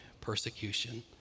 persecution